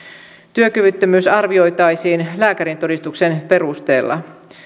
työkyvyttömyys arvioitaisiin lääkärintodistuksen perusteella